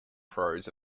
pros